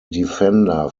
defender